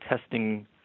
testing